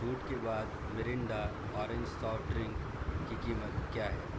छूट के बाद मिरिंडा ऑरेंज़ सॉफ्ट ड्रिंक की कीमत क्या है